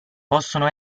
possono